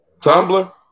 Tumblr